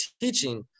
teaching